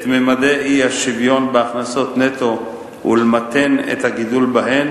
ממדי האי-שוויון בהכנסות נטו ולמתן את הגידול בו,